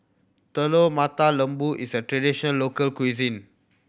Telur Mata Lembu is a tradition local cuisine